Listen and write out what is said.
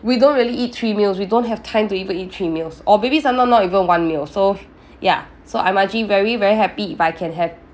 we don't really eat three meals we don't have time to even eat three meals or maybe some time not even one meal so ya so I'm actually very very happy if I can have